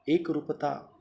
एकरूपता